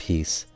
peace